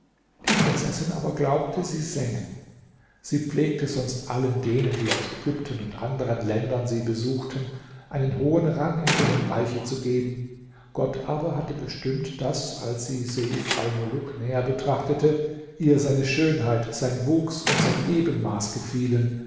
die prinzessin aber glaubte sie sängen sie pflegte sonst allen denen die aus ägypten und anderen ländern sie besuchten einen hohen rang in ihrem reiche zu geben gott aber hatte bestimmt daß als sie seif almuluk näher betrachtete ihr seine schönheit sein wuchs und sein ebenmaß gefielen